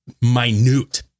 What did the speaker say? minute